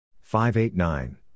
Five-eight-nine